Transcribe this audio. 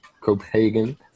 Copenhagen